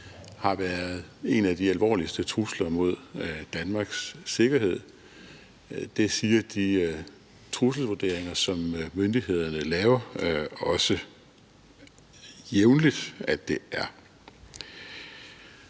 har været en af de alvorligste trusler mod Danmarks sikkerhed. Det siger de trusselsvurderinger, som myndighederne laver, også jævnligt at det er.